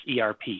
ERP